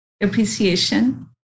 appreciation